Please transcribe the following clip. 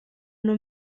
nur